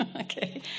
Okay